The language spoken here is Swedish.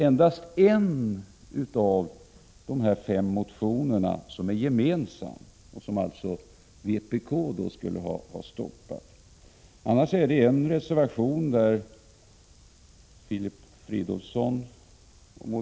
Endast en av motionerna är gemensam för de borgerliga, som alltså vpk skulle ha stoppat. I övrigt finns en reservation där moderaterna står ensamma.